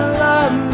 love